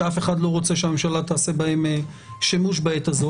שאף אחד לא רוצה שהממשלה תעשה בהם שימוש בעת הזו.